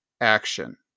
action